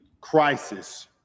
crisis